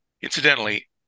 Incidentally